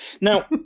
Now